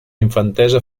infantesa